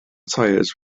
tires